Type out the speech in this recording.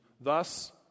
Thus